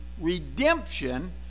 redemption